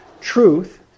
truth